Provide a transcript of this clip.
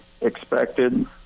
expected